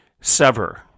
sever